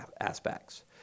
aspects